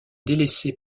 délaissée